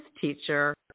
teacher